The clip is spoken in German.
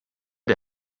der